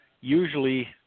usually